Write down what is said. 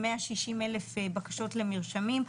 160,000 בקשות לנרשמים,